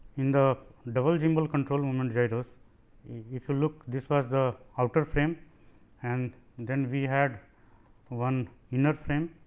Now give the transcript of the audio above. in the double gimbal control moment gyros if you look this was the outer frame and then we had one inner frame